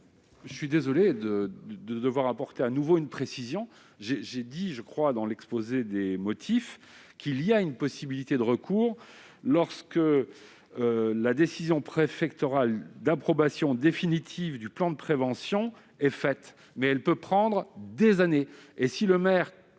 Je suis désolé de devoir apporter à nouveau une précision. J'ai indiqué, en défense de mon amendement, qu'il existait une possibilité de recours lorsque la décision préfectorale d'approbation définitive du plan de prévention était rendue, mais cela peut prendre des années.